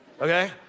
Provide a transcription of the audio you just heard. okay